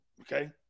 Okay